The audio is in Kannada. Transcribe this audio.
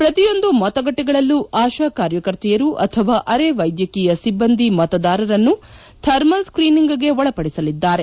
ಪ್ರತಿಯೊಂದು ಮತಗಟ್ಟೆಗಳಲ್ಲೂ ಆಶಾ ಕಾರ್ಯಕರ್ತೆಯರು ಅಥವಾ ಅರೆವೈದ್ಯಕೀಯ ಸಿಬ್ಬಂದಿ ಮತದಾರರನ್ನು ಥರ್ಮಲ್ ಸ್ತೀನಿಂಗ್ಗೆ ಒಳಪಡಿಸಲಿದ್ದಾರೆ